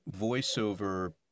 voiceover